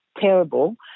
terrible